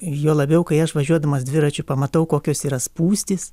juo labiau kai aš važiuodamas dviračiu pamatau kokios yra spūstys